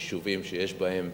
ביישובים שיש בהם